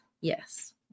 Yes